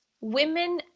women